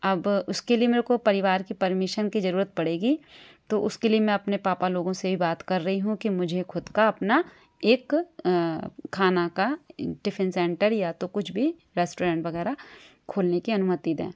अब उसके लिए मेरे को परिवार की परमिशन की जरूरत पड़ेगी तो उसके लिए मैं अपने पापा लोगों से ही बात कर रही हूँ कि मुझे खुद का अपना एक खाना का टिफिन सेंटर या तो कुछ भी रेस्टोरेंट वगैरह खोलने की अनुमति दें